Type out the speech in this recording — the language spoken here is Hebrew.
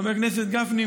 חבר הכנסת גפני,